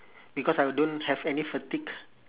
because I don't have any fatigue